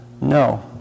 no